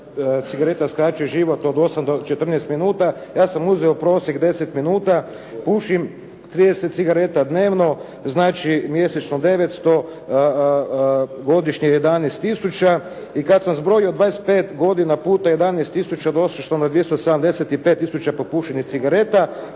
cigareta skraćuje život od 8 do 14 minuta, ja sam uzeo prosjek 10 minuta. Pušim 30 cigareta dnevno, znači mjesečno 900, godišnje 11 tisuća i kad sam zbrojio 25 godina puta 11 tisuća došao sam do 75 tisuća popušenih cigareta